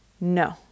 No